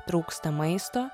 trūksta maisto